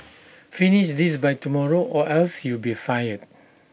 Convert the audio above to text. finish this by tomorrow or else you'll be fired